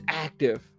active